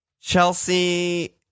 Chelsea